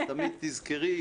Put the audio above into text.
אז תמיד תזכרי.